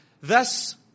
Thus